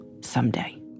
someday